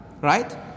Right